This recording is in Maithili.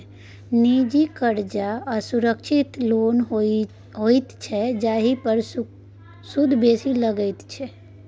निजी करजा असुरक्षित लोन होइत छै जाहि पर सुद बेसी लगै छै